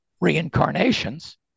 reincarnations